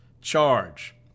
charge